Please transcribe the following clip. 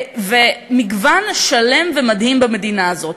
ומגוון שלם ומדהים במדינה הזאת,